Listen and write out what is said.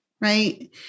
right